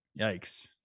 Yikes